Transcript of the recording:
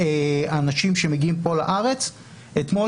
אתמול,